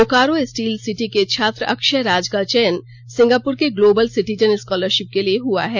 Bokaro steel city के छात्र अक्षय राज का चयन सिंगापुर के ग्लेाबल सिटीजन स्कॉलरशिप के लिए हुआ है